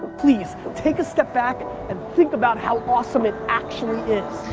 please, take a step back and think about how awesome it actually is.